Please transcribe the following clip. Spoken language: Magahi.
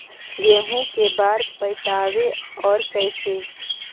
गेहूं के बार पटैबए और कैसे?